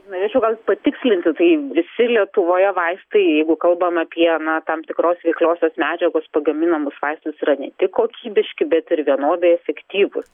norėčiau patikslinti tai visi lietuvoje vaistai jeigu kalbam apie na tam tikros veikliosios medžiagos pagaminamus vaistus yra ne tik kokybiški bet ir vienodai efektyvūs